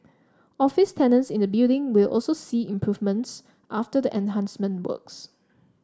office tenants in the building will also see improvements after the enhancement works